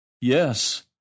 Yes